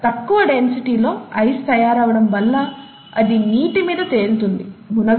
తక్కువ డెన్సిటీతో ఐస్ తయారవడం వల్ల అది నీటి మీద తేలుతుంది మునగదు